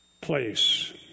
place